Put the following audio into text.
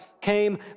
came